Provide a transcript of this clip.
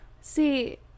see